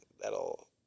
That'll